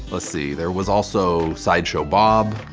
let's see, there was also sideshow bob,